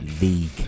League